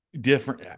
different –